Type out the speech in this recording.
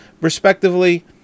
respectively